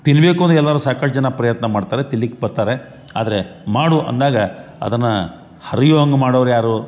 ತಿನ್ನಬೇಕು ಅಂದರೆ ಎಲ್ಲಾರು ಸಾಕಷ್ಟು ಜನ ಪ್ರಯತ್ನ ಮಾಡ್ತಾರೆ ತಿನ್ಲಿಕ್ಕೆ ಬರ್ತಾರೆ ಆದರೆ ಮಾಡು ಅಂದಾಗ ಅದನ್ನ ಹರಿವಂಗೆ ಮಾಡೋರು ಯಾರು